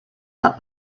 that